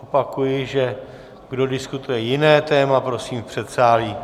Opakuji, že kdo diskutuje jiné téma, prosím v předsálí.